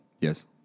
Yes